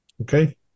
Okay